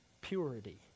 purity